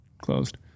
closed